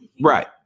right